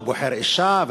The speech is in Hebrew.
הוא בוחר אישה,